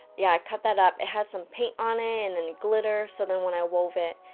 yeah, i cut that up it had some paint on it, and then glitter, so then when i wove it,